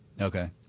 okay